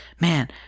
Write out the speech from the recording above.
man